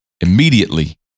Immediately